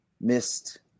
missed